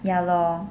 ya lor